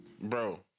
Bro